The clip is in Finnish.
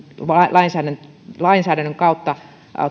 lainsäädännön lainsäädännön kautta